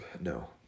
No